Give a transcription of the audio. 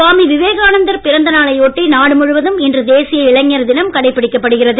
சுவாமி விவேகானந்தர் பிறந்த நாளை ஒட்டி நாடு முழுவதும் இன்று தேசிய இளைஞர் தினம் கடைபிடிக்கப்படுகிறது